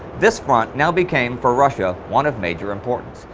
this front now became for russia one of major importance.